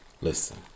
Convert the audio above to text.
Listen